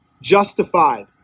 justified